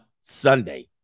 Sunday